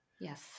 Yes